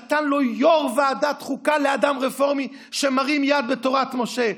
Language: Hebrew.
נתן יו"ר ועדת חוקה לאדם רפורמי שמרים יד בתורת משה.